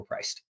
overpriced